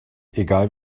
egal